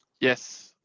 Yes